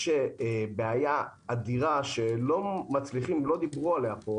יש בעיה אדירה שלא דיברו עליה פה,